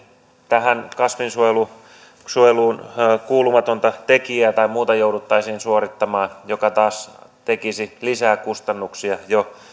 tähän kasvinsuojeluun kuulumatonta tekijää tai muuta jouduttaisiin suorittamaan mikä taas tekisi lisää kustannuksia jo